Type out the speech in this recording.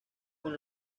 con